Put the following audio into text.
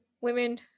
women